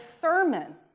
sermon